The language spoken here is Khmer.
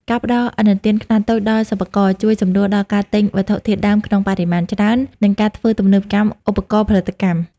ការផ្ដល់ឥណទានខ្នាតតូចដល់សិប្បករ ជួយសម្រួលដល់ការទិញវត្ថុធាតុដើមក្នុងបរិមាណច្រើន និងការធ្វើទំនើបកម្មឧបករណ៍ផលិតកម្ម។